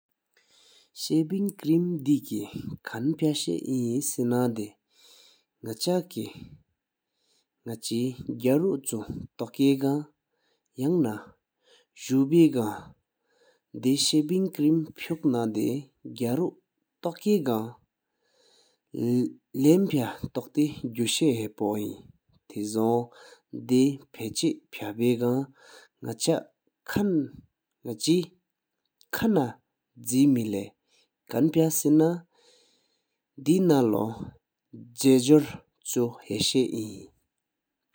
ཤེབ་སེན་ དེ་ ཁང་ ཕ་ ཤ་ ནི་ སེ་ན་ དེ་ ནག་ཆ་ གང་ ནག་ ཆེ་ ག་རུ་ ཆུ་ ཐོག་ ཀེ་ གང་ ་ཡང་ན་ བརྗུད་ གང་ དེ་ ཤེབ་སེན་ ཕུག་ ན་ དེ་ ག་རུ་ ཐོགས་ གང་ ལམ་ ཕ་ ཐོག་ ཏེ་ གུ་ ཤ་ ཧ་ ཕོ་ ནི་ ཨིན་། གླུ་ དེ་ ཕ་ ཆེ་ ཕ་ བེ་ གང་ ནག་ཆ་ ཁང་ ན་དེ་ བརྗེ་ མེ་ ལ་ ཡིན། ཁང་ ཕ་ ས་ ན་དེ་ ནང་ ལོ་ ཇ་ འཇོར་ ཆུ་ ཧ་ ཤ་ ཨིན།